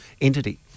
entity